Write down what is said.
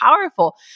powerful